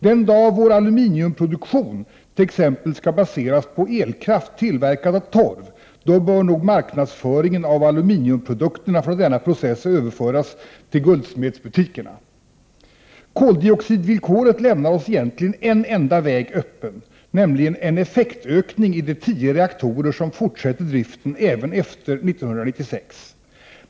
Den dag t.ex. då vår aluminiumproduktion skall baseras på elkraft tillverkad av torv bör nog marknadsföringen av aluminiumprodukterna från denna process överföras till guldsmedsbutikerna! Koldioxidvillkoret lämnar oss egentligen en enda väg öppen, nämligen en effektökning i de tio reaktorer som fortsätter driften även efter 1996.